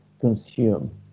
consume